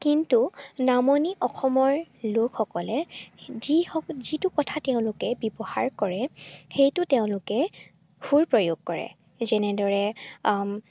কিন্তু নামনি অসমৰ লোকসকলে যিসক যিটো কথা তেওঁলোকে ব্যৱহাৰ কৰে সেইটো তেওঁলোকে সুৰ প্ৰয়োগ কৰে যেনেদৰে